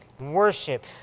Worship